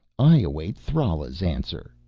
i await thrala's answer,